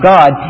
God